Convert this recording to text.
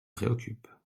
préoccupe